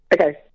Okay